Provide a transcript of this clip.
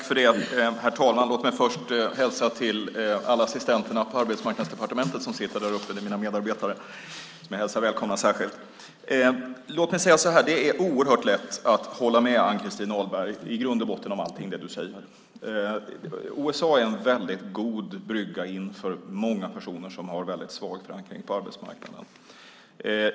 Herr talman! Låt mig först hälsa till alla assistenter på Arbetsmarknadsdepartementet som sitter där uppe på läktaren. De är mina medarbetare, och jag hälsar dem särskilt välkomna. Det är oerhört lätt att hålla med Ann-Christin Ahlberg i grund och botten om allting hon säger. OSA är en god brygga in för många personer som har svag förankring på arbetsmarknaden.